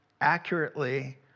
accurately